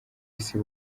isi